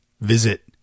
Visit